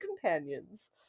companions